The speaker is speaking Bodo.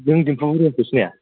नों दिम्पु बरुवाखौ सिनाया